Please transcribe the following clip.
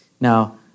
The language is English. Now